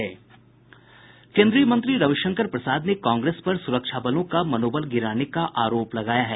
केन्द्रीय मंत्री रविशंकर प्रसाद ने कांग्रेस पर सुरक्षाबलों का मनोबल गिराने का आरोप लगाया है